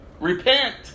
Repent